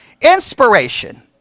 Inspiration